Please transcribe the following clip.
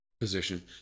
position